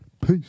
Peace